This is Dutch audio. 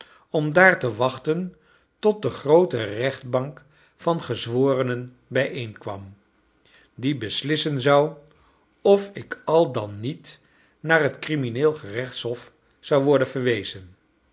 om daar te wachten tot de groote rechtbank van gezworenen bijeenkwam die beslissen zou of ik al dan niet naar het crimineel gerechtshof zou worden verwezen